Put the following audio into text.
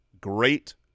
great